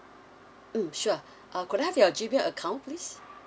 mm sure uh could I have your gmail account please